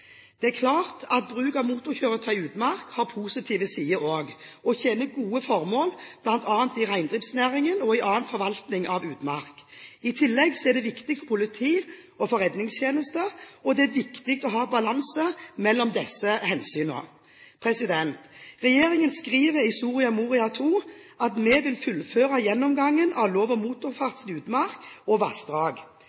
Det er klart at bruk av motorkjøretøyer i utmark har positive sider også, og tjener gode formål bl.a. i reindriftsnæringen og i annen forvaltning av utmark. I tillegg er det viktig for politi og redningstjenester. Det er viktig å ha balanse mellom disse hensynene. Regjeringen skriver i Soria Moria II at den vil fullføre gjennomgangen av lov om